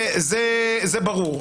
זה ברור.